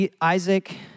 Isaac